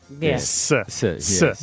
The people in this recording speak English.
Yes